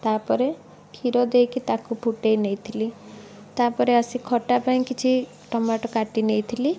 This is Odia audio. ତା ପରେ କ୍ଷୀର ଦେଇକି ତାକୁ ଫୁଟେଇ ନେଇଥିଲି ତା ପରେ ଆସି ଖଟା ପାଇଁ କିଛି ଟମାଟୋ କାଟି ନେଇଥିଲି